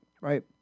Right